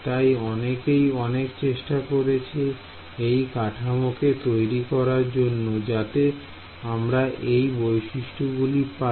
তাই অনেকেই অনেক চেষ্টা করেছি এই কাঠামোটিকে তৈরি করার জন্য যাতে আমরা এই বৈশিষ্ট্যগুলি পাই